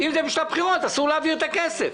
אם זה בשביל הבחירות אסור להעביר את הכסף.